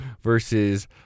versus